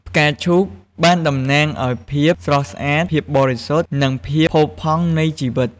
ផ្កាឈូកបានតំណាងឲ្យភាពស្រស់ស្អាត ភាពបរិសុទ្ធ និងភាពផូរផង់នៃជីវិត។